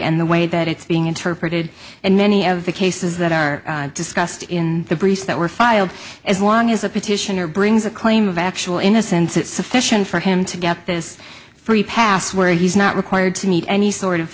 and the way that it's being interpreted and many of the cases that are discussed in the briefs that were filed as long as a petitioner brings a claim of actual innocence it's sufficient for him to get this free pass where he's not required to meet any sort of